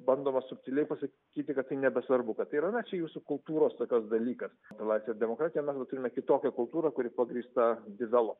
bandoma subtiliai pasakyti kad tai nebesvarbu kad ir yra čia jūsų kultūros tokios dalykas laisvė ir demokratija mes vat turime kitokią kultūrą kuri pagrįsta idealu